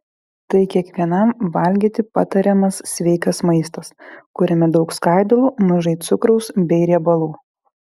tai kiekvienam valgyti patariamas sveikas maistas kuriame daug skaidulų mažai cukraus bei riebalų